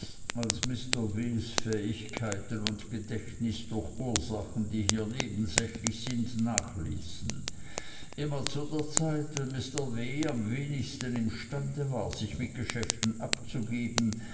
als mr ws fähigkeiten und gedächtnis durch ursachen die hier nebensächlich sind nachließen immer zu der zeit wenn mr w am wenigsten imstande war sich mit geschäften abzugeben